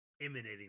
Emanating